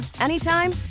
anytime